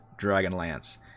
Dragonlance